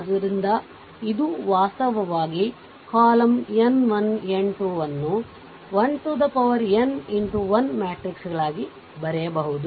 ಆದ್ದರಿಂದ ಇದು ವಾಸ್ತವವಾಗಿ ಕಾಲಮ್n 1n 2 ಅನ್ನು 1nX1 ಮ್ಯಾಟ್ರಿಕ್ಗಳಾಗಿ ಬರೆಯಬಹುದು